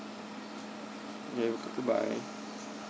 hello good goodbye